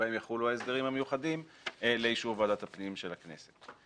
שבהן יחולו ההסדרים המיוחדים לאישור ועדת הפנים של הכנסת.